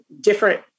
different